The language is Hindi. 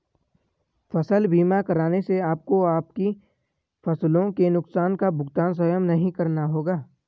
फसल बीमा कराने से आपको आपकी फसलों के नुकसान का भुगतान स्वयं नहीं करना होगा